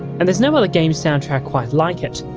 and there's no other game soundtrack quite like it.